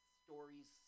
stories